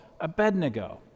Abednego